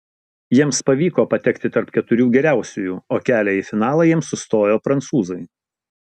jiems pavyko patekti tarp keturių geriausiųjų o kelią į finalą jiems užstojo prancūzai